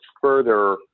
further